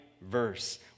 verse